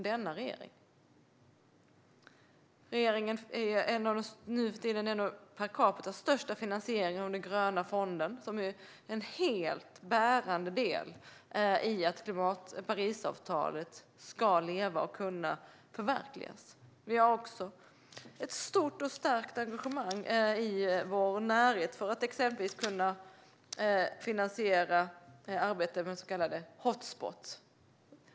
Vi är nu för tiden en av de största finansiärerna per capita av den gröna fonden, som är en helt bärande del i att Parisavtalet ska leva och kunna förverkligas. Vi har också ett stort och stärkt engagemang i vår närhet för att exempelvis kunna finansiera arbetet med så kallade hot spots.